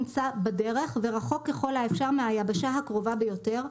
בדרך ורחוק ככל האפשר מהיבשה הקרובה ביותר,